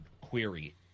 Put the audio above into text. query